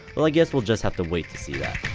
well. i guess we'll just have to wait to see that